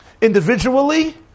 Individually